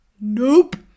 nope